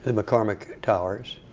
and mccormick towers.